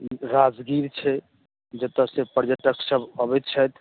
राजगीर छै जतय के पर्यटक सब अबै छथि